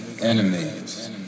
enemies